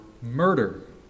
murder